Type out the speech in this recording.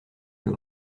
que